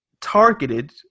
targeted